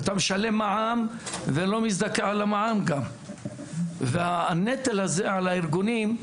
אתה משלם מע"מ ולא מזדכה על המע"מ גם והנטל הזה על הארגונים,